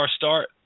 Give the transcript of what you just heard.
start